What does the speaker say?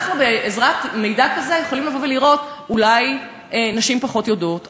בעזרת מידע כזה אנחנו יכולים לבוא ולראות: אולי נשים פחות יודעות?